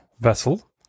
vessel